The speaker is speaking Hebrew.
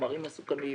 לחומרים מסוכנים,